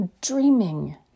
dreaming